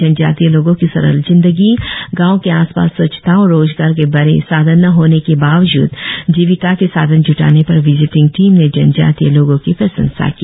जनजातीय लोगों की सरल जिंदगी गांव के आसपास स्वच्छता और रोजगार के बड़े साधन न होने के बावजूद जीविका के साधन जूटाने पर विजिटींग टीम ने जनजातीय लोगों की प्रशंसा की